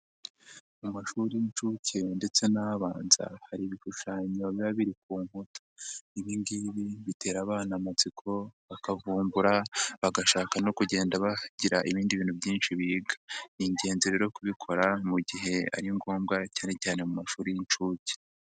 Mu mashuri y'incuke ndetse n' abanza hari ibishushanyo biba biri ku nkuta, ibi ngibi bitera abana amatsiko bakavumbura bagashaka no kugenda bagira ibindi bintu byinshi biga, ni ingenzi rero kubikora mu gihe ari ngombwa cyanecyane mu mashuri y'incuke.